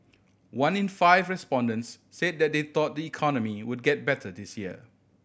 one in five respondents said that they thought the economy would get better this year